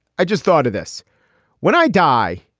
i just thought of this when i die.